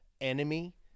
enemy